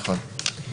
נכון.